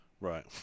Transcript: right